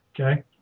Okay